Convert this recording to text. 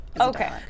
Okay